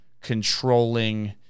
controlling